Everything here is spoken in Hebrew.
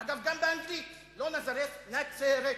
אגב, גם באנגלית, לא Nazareth, "נצרת".